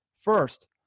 First